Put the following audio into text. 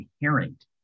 inherent